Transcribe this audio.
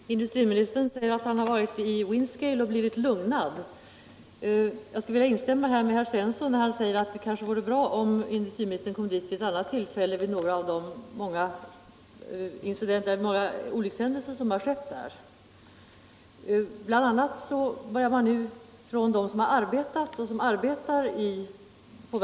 Herr talman! Industriministern säger att han har varit i Windscale och blivit lugnad. Jag skulle vilja instämma med herr Svensson i Malmö när han säger att det kanske vore bra om industriministern kom dit vid något olyckstillfälle. Sådana har det ju varit där. Bl. a. börjar man 106 nu upptäcka skador på dem som har arbetat och arbetar där.